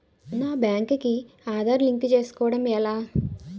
నా బ్యాంక్ కి ఆధార్ లింక్ చేసుకోవడం ఎలా?